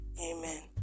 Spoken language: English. Amen